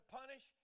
punish